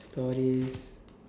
stories